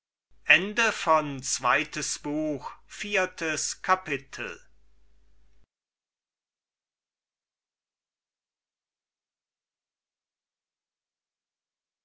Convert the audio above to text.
zweites buch erstes kapitel